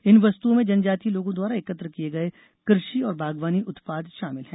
इन वस्तुओं में जनजातीय लोगों द्वारा एकत्र किए गए कृषि और बागवानी उत्पांद शामिल हैं